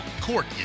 Court